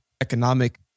economic